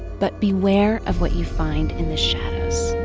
but beware of what you find in the shadows.